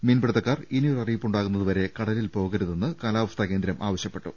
മീൻപിടിത്തക്കാർ ഇനിയൊരുറിയിപ്പുണ്ടാകുന്നതു വരെ കടലിൽ പോകരുതെന്ന് കാലാവസ്ഥാ കേന്ദ്രം ആവശ്യപ്പെട്ടു